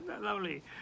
lovely